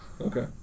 Okay